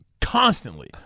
Constantly